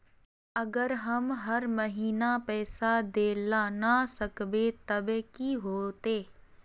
अगर हम हर महीना पैसा देल ला न सकवे तब की होते?